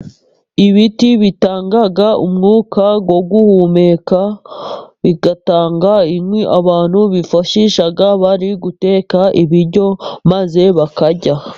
Ibiti bitanga umwuka wo guhumeka, bigatanga inkwi abantu bifashisha bari guteka ibiryo, maze bakarya.